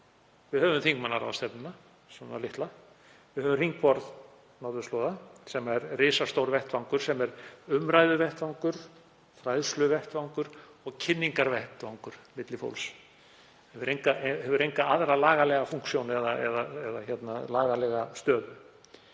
Við höfum þingmannaráðstefnuna, svona litla. Við höfum Hringborð norðurslóða, sem er risastór vettvangur, umræðuvettvangur, fræðsluvettvangur og kynningarvettvangur milli fólks, hefur enga lagalega fúnksjón eða lagalega stöðu.